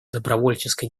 добровольческой